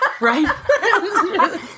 Right